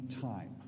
time